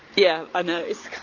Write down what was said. yeah, i know. it's